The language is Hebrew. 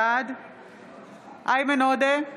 בעד איימן עודה,